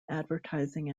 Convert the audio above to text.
advertising